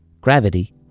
gravity